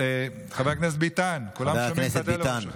חבר הכנסת ביטן, כולם שומעים את הקול שלך.